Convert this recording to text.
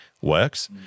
works